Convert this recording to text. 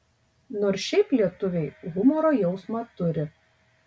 nors šiaip lietuviai humoro jausmą turi